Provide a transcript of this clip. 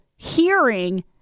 hearing